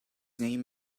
name